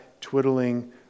twiddling